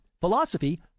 philosophy